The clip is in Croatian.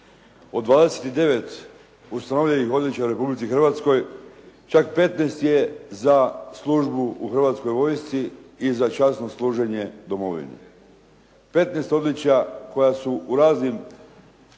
Od 29 ustanovljenih odličja u Republici Hrvatskoj, čak 15 je za službu u Hrvatskoj vojsci i za časno služenje domovini. 15 odličja koja su u raznim